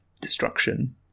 destruction